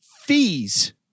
fees